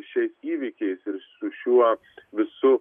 šiais įvykiais ir su šiuo visu